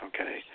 Okay